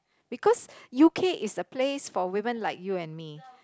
because U_K is the place for women like you and me